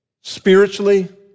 spiritually